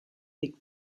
big